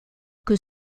que